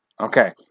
Okay